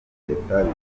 bitandukanye